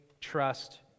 trust